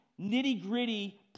nitty-gritty